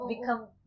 become